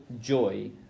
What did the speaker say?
joy